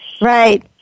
Right